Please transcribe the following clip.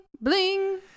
bling